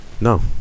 no